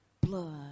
blood